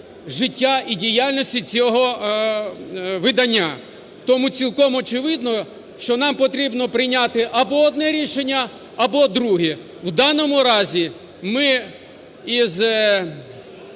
життя і діяльності цього видання. Тому цілком очевидно, що нам потрібно прийняти або одне рішення, або друге. В даному разі ми з